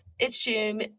assume